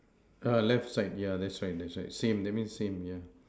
err left side yeah left side left side same that means same